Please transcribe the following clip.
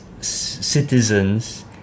citizens